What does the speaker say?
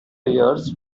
years